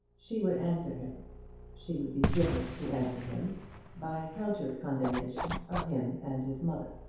she would answer him she would be driven to answer him by counter-condemnation of him and his mother.